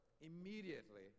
immediately